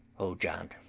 oh, john,